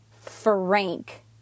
Frank